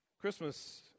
Christmas